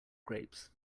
grapes